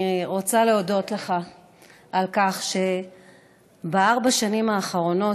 אני רוצה להודות לך על כך שבארבע השנים האחרונות